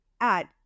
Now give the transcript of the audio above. add